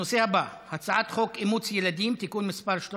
הנושא הבא: הצעת חוק אימוץ ילדים (תיקון מס' 13,